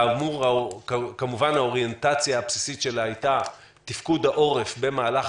כמובן שהאוריינטציה הבסיסית שלה היתה תפקוד העורף במהלך